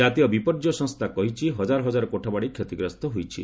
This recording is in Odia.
ଜାତୀୟ ବିପର୍ଯ୍ୟୟ ସଂସ୍ଥା କହିଛି ହଜାର ହଜାର କୋଠାବାଡ଼ି କ୍ଷତିଗ୍ରସ୍ତ ହୋଇଛି